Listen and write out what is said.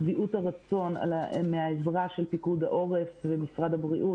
שביעות הרצון מהעזרה של פיקוד העורף ומשרד הבריאות.